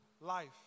life